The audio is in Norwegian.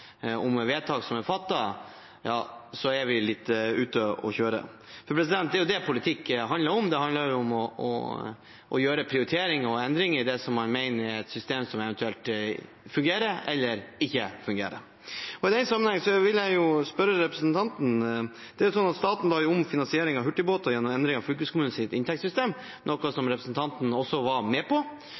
så er vi litt ute å kjøre. For det er jo det politikk handler om: å gjøre prioriteringer og endringer i det som man mener er et system som fungerer, eventuelt ikke fungerer. I den sammenheng vil jeg spørre representanten: Staten la om finansieringen av hurtigbåter gjennom endringer av fylkeskommunenes inntektssystem, noe representanten også var med på.